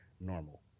normal